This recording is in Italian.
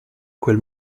quel